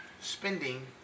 spending